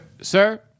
sir